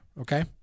okay